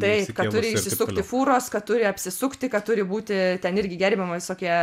taip kad turi išsisukti fūros kad turi apsisukti kad turi būti ten irgi gerbiama visokie